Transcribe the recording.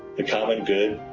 the common good,